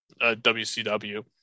WCW